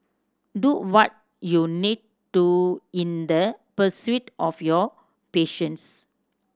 do what you need to in the pursuit of your passions